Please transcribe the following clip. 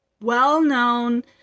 well-known